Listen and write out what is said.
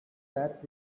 that